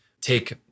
take